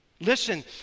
Listen